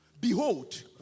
behold